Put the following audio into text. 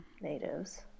Natives